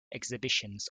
exhibitions